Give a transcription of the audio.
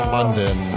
London